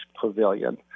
Pavilion